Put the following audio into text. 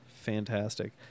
fantastic